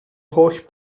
holl